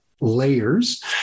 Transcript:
layers